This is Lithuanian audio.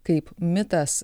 kaip mitas